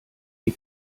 die